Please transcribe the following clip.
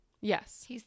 Yes